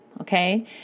okay